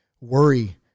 worry